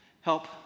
help